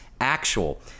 actual